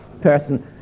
person